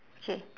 K